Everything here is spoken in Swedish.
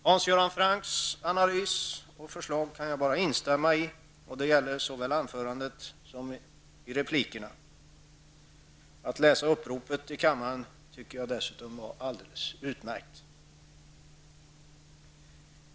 Hans Göran Francks analys och förslag kan jag bara instämma i. Det gäller såväl hans huvudanförande som hans repliker. Att läsa upp uppropet här i kammaren var dessutom alldeles utmärkt.